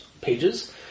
pages